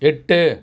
எட்டு